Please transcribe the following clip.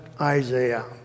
Isaiah